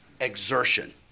exertion